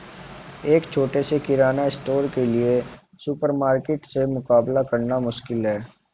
एक छोटे से किराना स्टोर के लिए सुपरमार्केट से मुकाबला करना मुश्किल है